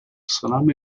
salame